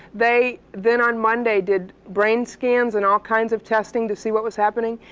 they, then on monday did brain scans and all kinds of testing to see what was happening.